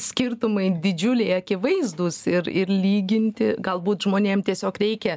skirtumai didžiuliai akivaizdūs ir ir lyginti galbūt žmonėm tiesiog reikia